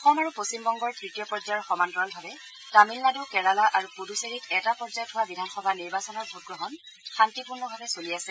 অসম আৰু পশ্চিমবংগৰ তৃতীয় পৰ্যায়ৰ সমান্তৰালভাৱে তামিলনাডু কেৰালা আৰু পুডুচেৰীত এটা পৰ্যায়ত হোৱা বিধানসভা নিৰ্বাচনৰ ভোটগ্ৰহণ শান্তিপূৰ্ণভাৱে চলি আছে